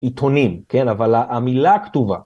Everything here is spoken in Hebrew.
עיתונים, כן. אבל המילה כתובה.